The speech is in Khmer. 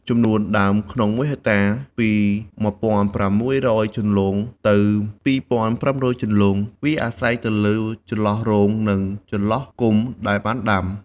ចំនួនដើមក្នុង ១ហិកតា ពី ១៦០០ជន្លង់ ទៅ២៥០០ជន្លង់ វាអាស្រ័យទៅលើចន្លោះរង និងចន្លោះគុម្ព ដែលបានដាំ។